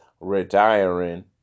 retiring